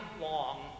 long